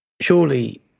Surely